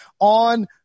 on